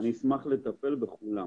אני אשמח לטפל בכולן.